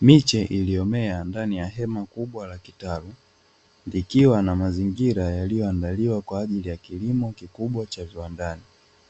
Miche iliyomea ndani ya hema kubwa la kitalu, ikiwa na mazingira yaliyoandaliwa kwaajili ya kilimo kikubwa cha viwandani.